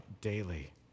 daily